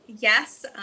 yes